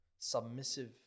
submissive